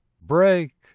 break